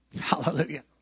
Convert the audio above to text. Hallelujah